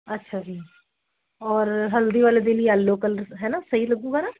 ਅੱਛਾ ਜੀ ਔਰ ਹਲਦੀ ਵਾਲ਼ੇ ਦਿਨ ਯੈਲੋ ਕਲਰ ਹੈ ਨਾ ਸਹੀ ਲੱਗੇਗਾ ਨਾ